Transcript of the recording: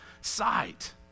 sight